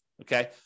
Okay